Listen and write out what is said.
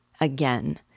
Again